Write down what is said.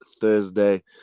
Thursday